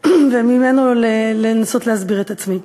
וממנו לנסות להסביר את עצמי,